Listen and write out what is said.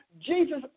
Jesus